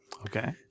Okay